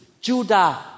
Judah